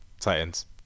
Titans